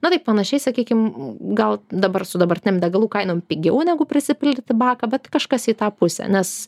na tai panašiai sakykim gal dabar su dabartinėm degalų kainom pigiau negu prisipildyti baką bet kažkas į tą pusę nes